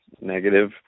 negative